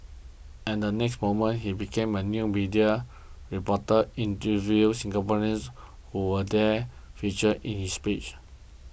and the next moment he became a new media reporter interviewing Singaporeans who were then featured in his speech